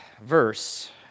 verse